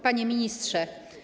Panie Ministrze!